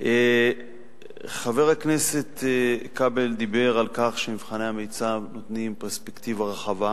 חבר הכנסת כבל אמר שמבחני המיצ"ב נותנים פרספקטיבה רחבה.